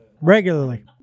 regularly